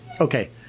okay